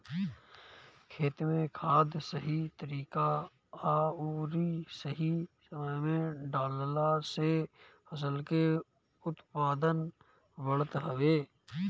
खेत में खाद सही तरीका अउरी सही समय पे डालला से फसल के उत्पादन बढ़त हवे